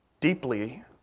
deeply